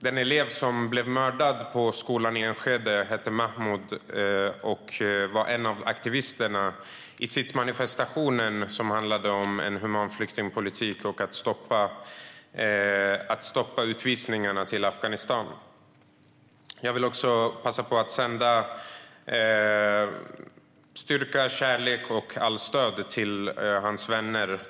Den elev som blev mördad på skolan i Enskede hette Mahmoud och var en av aktivisterna i sittmanifestationen som handlade om en human flyktingpolitik och stopp för utvisningarna till Afghanistan. Jag vill passa på att sända styrka, kärlek och stöd till hans vänner.